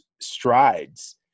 strides